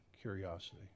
curiosity